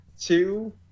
two